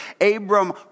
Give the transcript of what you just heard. Abram